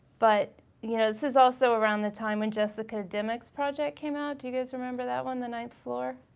but yeah you know this is also around the time when jessica dimmock's project came out, do you guys remember that one, the ninth floor?